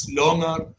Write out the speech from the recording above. longer